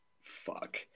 fuck